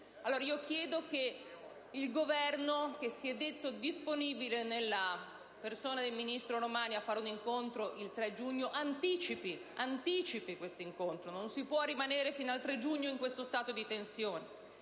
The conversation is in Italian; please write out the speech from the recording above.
figli. Io chiedo che il Governo, che si è detto disponibile, nella persona del ministro Romani, a fare un incontro il 3 giugno, anticipi questo incontro. Non si può rimanere fino al 3 giugno in questo stato di tensione.